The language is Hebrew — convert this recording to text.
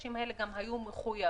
שהאנשים האלה גם היו מחויבים.